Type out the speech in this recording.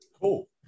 cool